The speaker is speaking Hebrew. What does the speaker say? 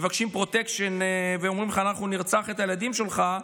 מבקשים פרוטקשן ואומרים לך: אנחנו נרצח את הילדים שלך,